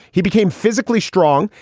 he became physically strong.